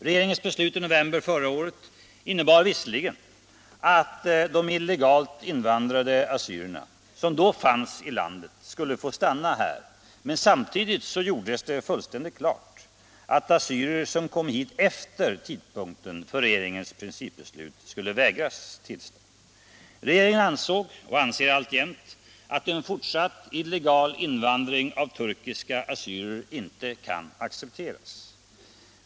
Regeringens beslut i november förra året innebar visserligen att de illegalt invandrade assyrier som då fanns i landet skulle få stanna här, men samtidigt gjordes det fullständigt klart att assyrier som kommer hit efter regeringens principbeslut kommer att vägras tillstånd. Regeringen ansåg, och anser alltjämt, att en fortsatt illegal invandring av turkiska assyrier inte kan accepteras.